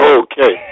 okay